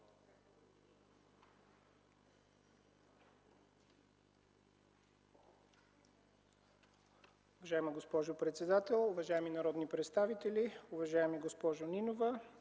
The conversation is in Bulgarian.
Уважаема госпожо председател, уважаеми народни представители! Уважаема госпожо Нинова,